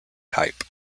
type